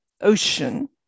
ocean